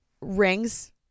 rings